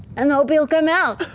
and hope he'll come out?